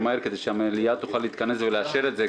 מהר כדי שהמליאה תוכל להתכנס ולאשר את זה,